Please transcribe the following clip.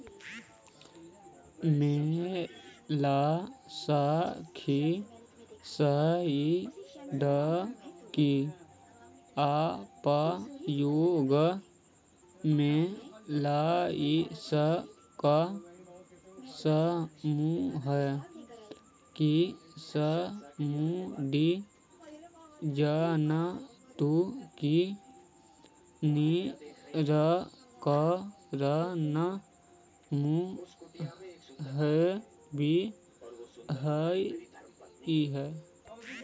molluscicide के उपयोग mollusc समूह के समुदी जन्तु के निराकरण में होवऽ हई